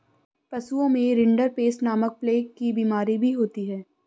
पशुओं में रिंडरपेस्ट नामक प्लेग की बिमारी भी होती है